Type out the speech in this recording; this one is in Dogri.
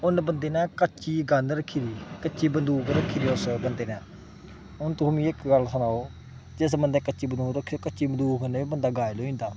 उ'न्न बंदे ने कच्ची कंध रक्खी दी कच्ची बंदूक रक्खी दी उस बंदे ने हून तोह् मिगी इक गल्ल सनाओ जिस बंदे कच्ची बंदूक रक्खी दी ओह् कच्ची बंदूक कन्नै बी बंदा घायल होई जंदा